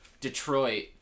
Detroit